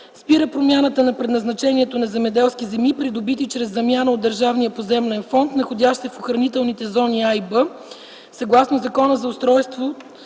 Спира промяната на предназначението на земеделски земи, придобити чрез замяна от Държавния поземлен фонд, находящи се в охранителните зони „А” и „Б” съгласно Закона за устройството